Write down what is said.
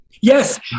Yes